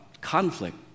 Conflict